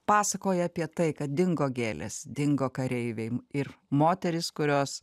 pasakoja apie tai kad dingo gėlės dingo kareiviai ir moterys kurios